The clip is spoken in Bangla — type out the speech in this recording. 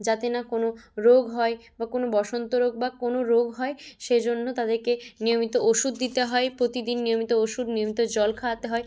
যাতে না কোনো রোগ হয় বা কোনো বসন্ত রোগ বা কোনো রোগ হয় সেজন্য তাদেরকে নিয়মিত ওষুধ দিতে হয় প্রতিদিন নিয়মিত ওষুধ নিয়মিত জল খাওয়াতে হয়